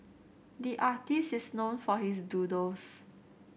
the artist is known for his doodles